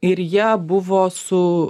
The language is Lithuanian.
ir jie buvo su